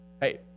hey